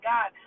God